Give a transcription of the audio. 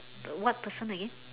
the what person again